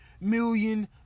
million